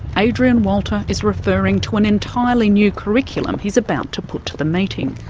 adrian walter is referring to an entirely new curriculum he's about to put to the meeting.